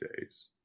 days